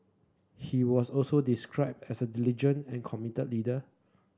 he was also described as diligent and committed leader